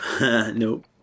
Nope